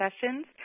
sessions